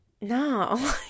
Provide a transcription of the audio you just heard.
no